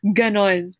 ganon